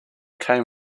came